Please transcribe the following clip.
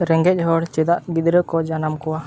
ᱨᱮᱸᱜᱮᱡ ᱦᱚᱲ ᱪᱮᱫᱟᱜ ᱜᱤᱫᱽᱨᱟᱹ ᱠᱚ ᱡᱟᱱᱟᱢ ᱠᱚᱣᱟ